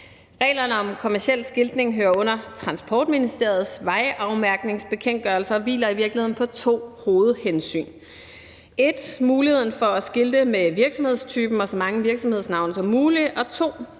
Reglerne om kommerciel skiltning hører under Transportministeriets vejafmærkningsbekendtgørelse og hviler i virkeligheden på to hovedhensyn: 1) muligheden for at skilte med virksomhedstypen og så mange virksomhedsnavne som muligt,